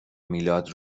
میلاد